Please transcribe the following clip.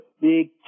big